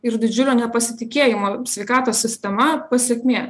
ir didžiulio nepasitikėjimo sveikatos sistema pasekmė